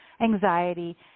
anxiety